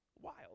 Wild